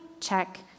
Check